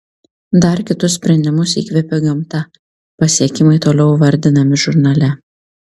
dar kitus sprendimus įkvėpė gamta pasiekimai toliau vardinami žurnale